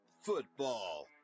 football